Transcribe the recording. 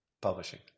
Publishing